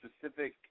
specific